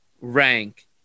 rank